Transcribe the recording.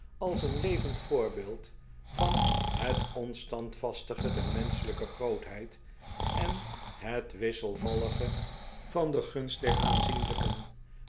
als een levend voorbeeld van het onstandvastige der menschelijke grootheid en het wisselvallige van de gunst der aanzienlijken